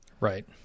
Right